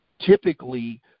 typically